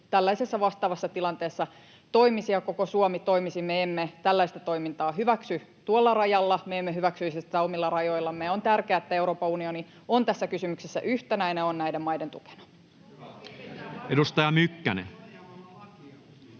tällaisessa vastaavassa tilanteessa toimisi ja koko Suomi toimisi. Me emme tällaista toimintaa hyväksy tuolla rajalla, me emme hyväksyisi sitä omilla rajoillamme, [Ben Zyskowicz: Pitää varautua!] ja on tärkeää, että Euroopan unioni on tässä kysymyksessä yhtenäinen ja on näiden maiden tukena. [Ben